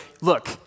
look